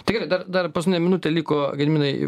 tai gerai dar dar paskutinė minutė liko gediminai